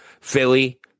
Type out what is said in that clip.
Philly